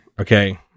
okay